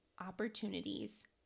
opportunities